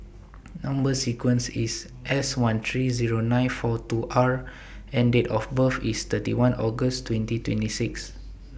Number sequence IS S one three Zero nine four two R and Date of birth IS thirty one August twenty twenty six